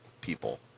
people